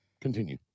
continue